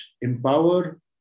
empower